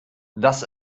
das